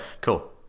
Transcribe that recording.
cool